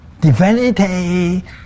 Divinity